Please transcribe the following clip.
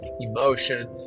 emotion